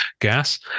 gas